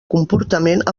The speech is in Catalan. comportament